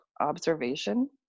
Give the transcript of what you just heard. observation